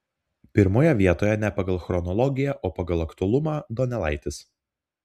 pirmoje vietoje ne pagal chronologiją o pagal aktualumą donelaitis